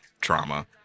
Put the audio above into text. trauma